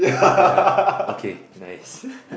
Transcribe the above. eh yeah okay nice